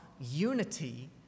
unity